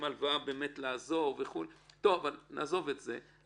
נעזוב את זה.